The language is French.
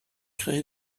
créé